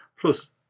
Plus